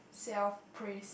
self praise